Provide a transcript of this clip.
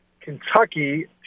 Kentucky